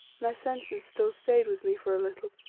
my senses still stayed with me for a little.